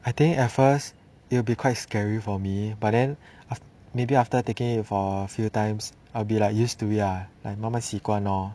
I think at first it will be quite scary for me but then maybe after taking it for a few times I'll be like used to it ah like 慢慢习惯 lor